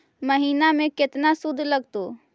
महिना में केतना शुद्ध लगतै?